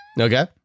Okay